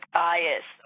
bias